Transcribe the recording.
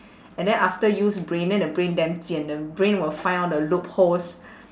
and then after use brain then the brain damn 贱 the brain will find all the loopholes